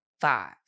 five